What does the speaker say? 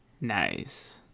Nice